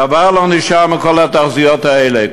דבר לא נשאר מכל התחזיות האלה,